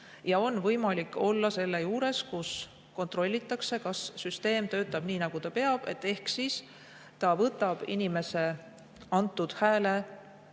On võimalik olla selle juures, kui kontrollitakse, kas süsteem töötab nii, nagu ta peab, ehk siis kas ta võtab inimese antud hääle